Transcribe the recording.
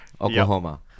Oklahoma